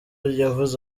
yavuze